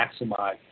maximize